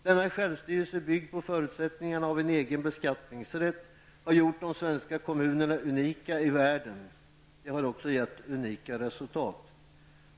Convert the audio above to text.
Denna självstyrelse, byggd på förutsättningarna av en egen beskattningsrätt, har gjort de svenska kommunerna unika i världen. Det har också gett unika resultat.